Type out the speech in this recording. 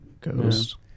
Ghost